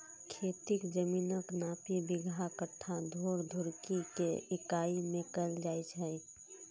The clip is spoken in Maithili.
खेतीक जमीनक नापी बिगहा, कट्ठा, धूर, धुड़की के इकाइ मे कैल जाए छै